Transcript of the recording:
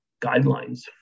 guidelines